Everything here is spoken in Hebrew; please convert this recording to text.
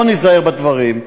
בואו ניזהר בדברים.